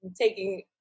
taking